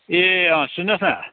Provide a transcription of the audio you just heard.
ए अँ सुन्नुहोस् न